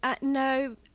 No